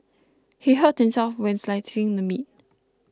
he hurt himself while slicing the meat